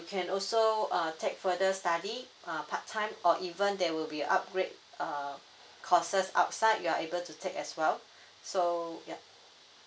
can also err take further study err part time or even there will be upgrade err courses outside you're able to take as well so yup